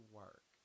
work